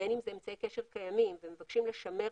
בין אם אלה אמצעי קשר קיימים ומבקשים לשמר